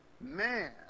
man